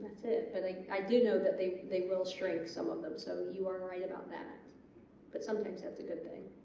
but like i do know that they they will shrink some of them so you aren't right about that but sometimes that's a good thing.